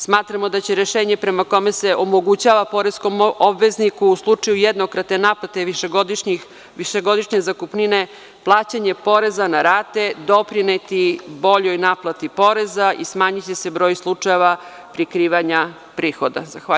Smatramo da će rešenje prema kome se omogućava poreskom obvezniku u slučaju jednokratne naplate višegodišnje zakupnine plaćanje poreza na rate doprineti boljoj naplati poreza i smanjiće se broj slučajeva prikrivanja prihoda.